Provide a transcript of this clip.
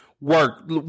work